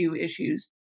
issues